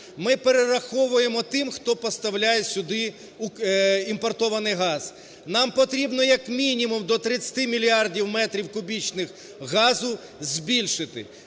ми перераховуємо тим, хто поставляє сюди імпортований газ. Нам потрібно як мінімум до 30 мільярдів метрів кубічних газу збільшити.